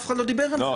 אף אחד לא דיבר על זה.